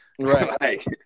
Right